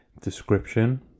description